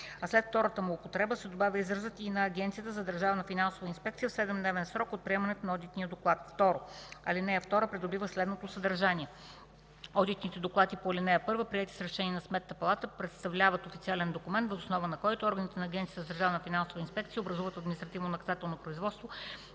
а след втората му употреба се добавя изразът „и на Агенцията за държавна финансова инспекция в 7-дневен срок от приемането на одитния доклад”; 2. Алинея 2 придобива следното съдържание: „(2) Одитните доклади по ал. 1, приети с решение на Сметната палата, представляват официален документ, въз основа на който органите на Агенцията за държавна финансова инспекция образуват административнонаказателно производство,